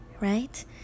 right